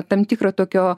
tam tikro tokio